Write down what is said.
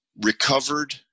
recovered